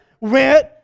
went